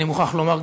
אני מוכרח לומר,